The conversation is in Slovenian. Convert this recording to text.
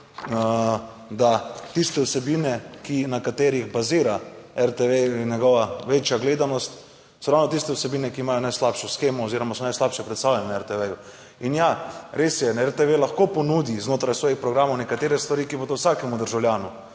da tiste vsebine, na katerih bazira RTV in njegova večja gledanost, so ravno tiste vsebine, ki imajo najslabšo shemo oziroma so najslabše predstavljene na RTV. In ja, res je, RTV lahko ponudi znotraj svojih programov nekatere stvari, ki bodo vsakemu državljanu